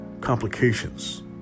complications